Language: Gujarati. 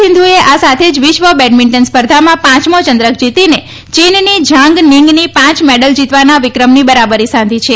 સિંધુચ્યે આ સાથે જ વિશ્વ બેડમિન્ટન સ્પર્ધામાં પાંચમો ચંદ્રક જીતીને ચીનની ઝાંગ નીંગની પાંચ મેડલ જીતવાના વિક્રમની બરાબરી સાધી છે